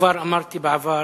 כבר אמרתי בעבר,